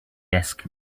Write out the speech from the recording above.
desk